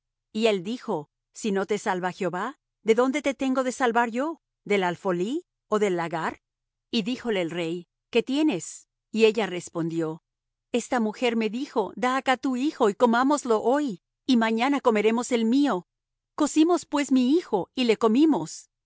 y él dijo si no te salva jehová de dónde te tengo de salvar yo del alfolí ó del lagar y díjole el rey qué tienes y ella respondió esta mujer me dijo da acá tu hijo y comámoslo hoy y mañana comeremos el mío cocimos pues mi hijo y le comimos